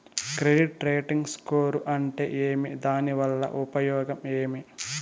Credit rating score అంటే ఏమి దాని వల్ల ఉపయోగం ఏమి?